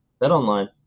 BetOnline